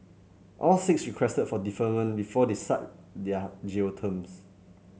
all six requested for deferment before they start their jail terms